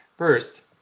First